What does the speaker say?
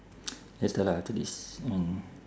later lah after this and